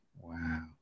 Wow